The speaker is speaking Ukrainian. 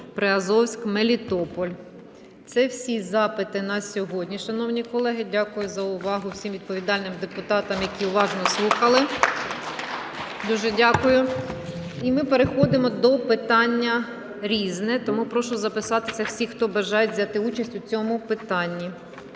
Приазовське - Мелітополь). Це всі запити на сьогодні, шановні колеги. Дякую за увагу всім відповідальним депутатам, які уважно слухали. Дуже дякую. І ми переходимо до питання "Різне". Тому прошу записатися всіх, хто бажає взяти участь у цьому питанні.